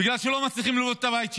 בגלל שלא מצליחים לבנות את הבית שלהם.